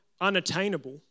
unattainable